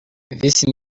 vice